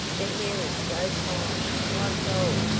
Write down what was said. the hair is so fine like gold,